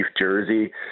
jersey